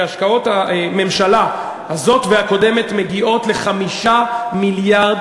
שהשקעות הממשלה הזאת והקודמת מגיעות ל-5 מיליארד